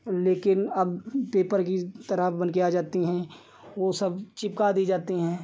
लेकिन अब पेपर की तरह बनकर आ जाती हैं वह सब चिपका दी जाती हैं